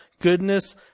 goodness